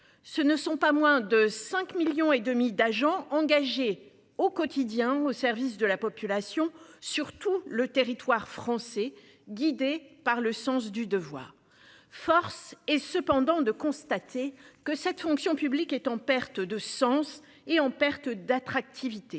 Ce ne sont pas moins de 5 millions et demi d'agents engagés au quotidien au service de la population sur tout le territoire français. Guidé par le sens du devoir. Force est cependant de constater que cette fonction publique est en perte de sens et en perte d'attractivité